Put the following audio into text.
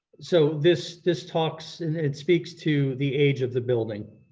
so this this talks and it speaks to the age of the building